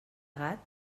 gat